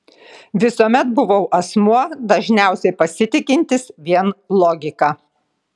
visuomet buvau asmuo dažniausiai pasitikintis vien logika